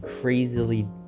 crazily